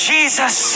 Jesus